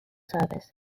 service